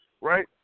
right